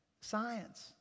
science